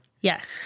Yes